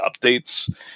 updates